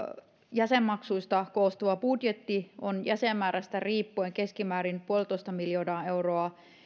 jäsenmaksuista koostuva budjetti on jäsenmäärästä riippuen keskimäärin puolitoista miljoonaa euroa